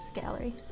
gallery